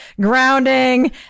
grounding